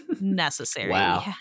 necessary